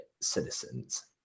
citizens